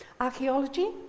Archaeology